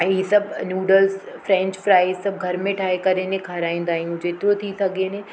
हीअ सभु noodles french fries सभु घर में ठाहे करे इनिए खाराईंदा आहियूं जेतिरो थी सघे ने